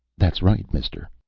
that is right, mister.